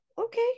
okay